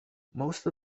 most